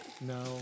No